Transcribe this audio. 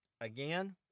Again